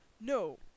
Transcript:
No